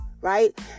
right